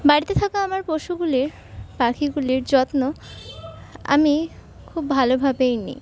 বাড়িতে থাকা আমার পশুগুলির পাখিগুলির যত্ন আমি খুব ভালোভাবেই নিই